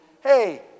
Hey